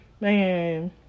Man